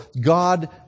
God